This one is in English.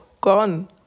gone